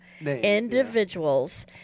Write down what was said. individuals –